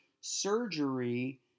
surgery